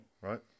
right